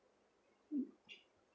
mm